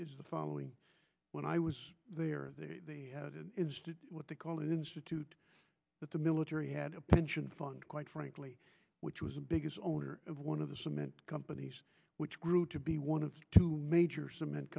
is the following when i was there they had what they call an institute that the military had a pension fund quite frankly which was the biggest owner of one of the cement companies which grew to be one of two major cement